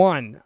One